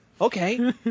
Okay